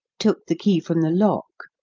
took the key from the lock,